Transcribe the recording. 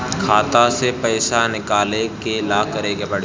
खाता से पैसा निकाले ला का करे के पड़ी?